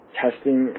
testing